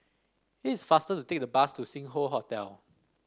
it's faster to take the bus to Sing Hoe Hotel